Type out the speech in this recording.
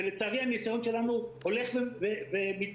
ולצערי הניסיון שלנו הולך ומתגבר.